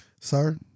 Sir